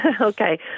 okay